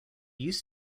used